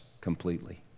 completely